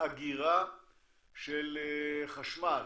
אגירה של חשמל